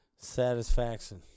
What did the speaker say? Satisfaction